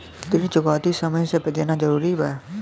ऋण चुकौती समय से देना जरूरी बा?